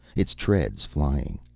its treads flying.